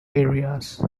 areas